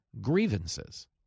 grievances